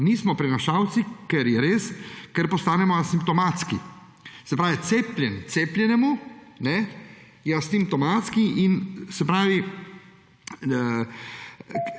Nismo prenašalci, kar je res, ker postanemo asimptomatski. Se pravi, cepljen cepljenemu je asimptomatski, se pravi,